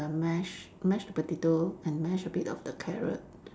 the mashed mashed potato and mash a bit of the carrot